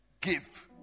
give